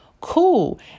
cool